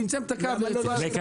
צמצם את הקו על הרציף.